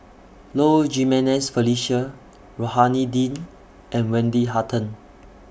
Low Jimenez Felicia Rohani Din and Wendy Hutton